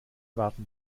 warten